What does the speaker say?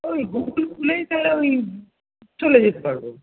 ওই গুগল খুলেই তাহলে ওই চলে যেতে পারবো